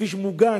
כביש מוגן,